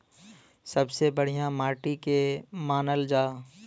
सबसे बढ़िया माटी के के मानल जा?